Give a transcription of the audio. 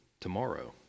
tomorrow